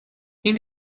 این